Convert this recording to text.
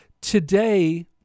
Today